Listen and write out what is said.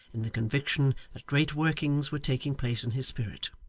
in the conviction that great workings were taking place in his spirit.